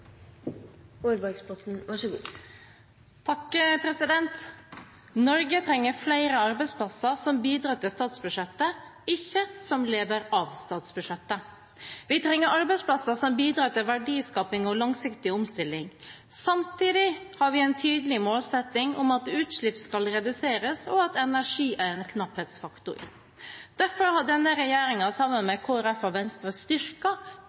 ikke som lever av statsbudsjettet. Vi trenger arbeidsplasser som bidrar til verdiskaping og langsiktig omstilling. Samtidig har vi en tydelig målsetting om at utslipp skal reduseres, og at energi er en knapphetsfaktor. Derfor har denne regjeringen sammen med Kristelig Folkeparti og Venstre